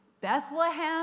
Bethlehem